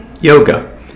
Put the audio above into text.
yoga